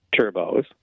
turbos